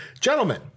Gentlemen